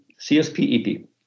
CSP-EP